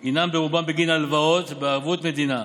הוא ברובו בגין הלוואות בערבות מדינה,